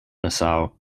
nassau